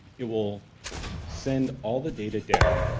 it will send all the data down,